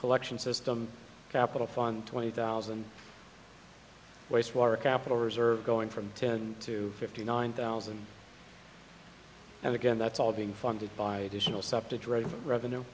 collection system capital fund twenty thousand wastewater capital reserve going from ten to fifty nine thousand and again that's all being funded by